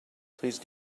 please